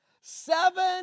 Seven